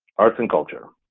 arts and culture,